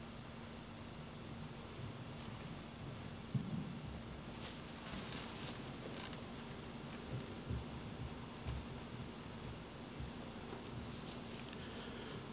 herra puhemies